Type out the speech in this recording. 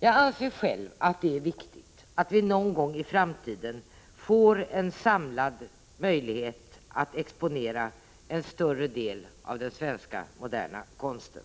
Jag anser själv att det är viktigt att vi någon gång i framtiden får möjlighet att samlat exponera en större del av den svenska moderna konsten.